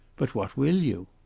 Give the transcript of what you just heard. but what will you?